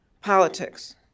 politics